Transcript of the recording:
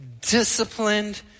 disciplined